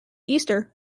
easter